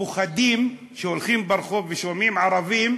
פוחדים כשהם הולכים ברחוב ושומעים ערבים,